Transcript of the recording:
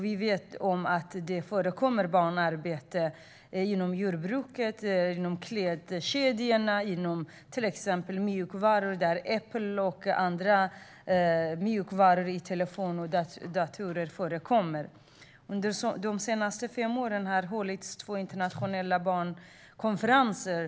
Vi vet att det förekommer barnarbete inom jordbruket, vid produktion för klädkedjorna och produktion av till exempel av mjukvaror för telefoner och datorer för Apple. Under de senaste fem åren har det hållits två internationella barnkonferenser.